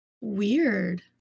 weird